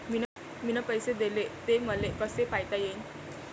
मिन पैसे देले, ते मले कसे पायता येईन?